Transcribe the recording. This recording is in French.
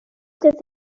devait